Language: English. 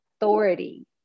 authority